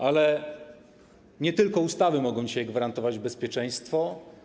Ale nie tylko ustawy mogą dzisiaj gwarantować bezpieczeństwo.